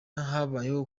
habayeho